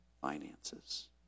finances